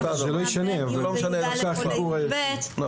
כך שונה אם זה היה טיול ל-י"א או ל-י"ב.